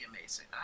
amazing